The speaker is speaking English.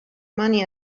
money